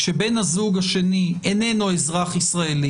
כשבן הזוג השני איננו אזרח ישראלי